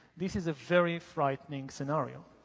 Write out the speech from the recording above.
this is a very frightening scenario.